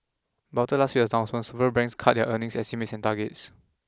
but after last week's announcement cut their earnings estimates and targets